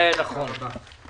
הישיבה ננעלה בשעה 14:14.